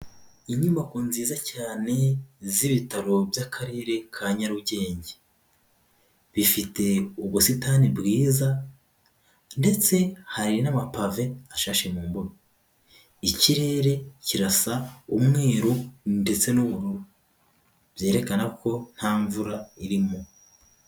Inyubako nziza cyane z'ibitaro by'Akarere ka Nyarugenge, bifite ubusitani bwiza ndetse hari n'amapave ashashe mu mbuga, ikirere kirasa umweru ndetse n'ubururu byerekana ko nta mvura irimo.